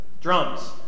drums